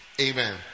amen